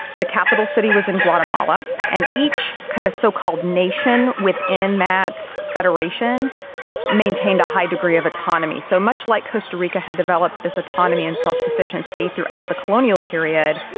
the capital city was in guatemala, and each kind of so-called nation within that federation maintained a high degree of autonomy. so much like costa rica had developed this autonomy and self-sufficiency throughout the colonial period,